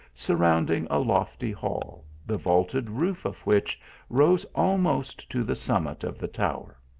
surrounding a lofty hall, the vaulted roof of which rose almost to the summit of the tower.